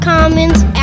Commons